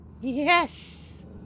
Yes